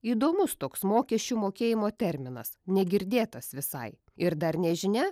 įdomus toks mokesčių mokėjimo terminas negirdėtas visai ir dar nežinia